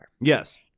Yes